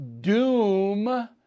doom